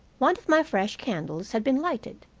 one of my fresh candles had been lighted,